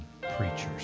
preachers